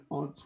on